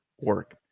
work